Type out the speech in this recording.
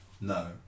No